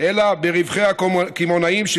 אלא מרווחי הקמעונאים,